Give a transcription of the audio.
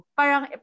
parang